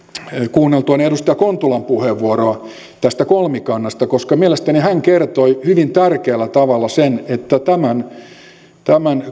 kuunneltuani edustaja kontulan puheenvuoroa tästä kolmikannasta koska mielestäni hän kertoi hyvin tärkeällä tavalla sen että kolmikannan ja tämän